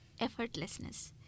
effortlessness